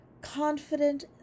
confident